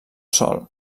sòl